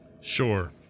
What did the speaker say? Sure